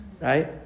right